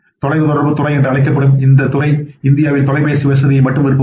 தொலைதொடர்புத் துறை என்று அழைக்கப்படும் இந்ததுறை இந்தியாவில் தொலைபேசி வசதியை மட்டுமே விற்பவர்கள்